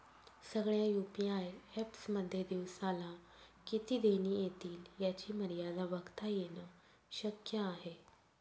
सगळ्या UPI apps मध्ये दिवसाला किती देणी एतील याची मर्यादा बघता येन शक्य आहे